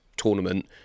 tournament